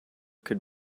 could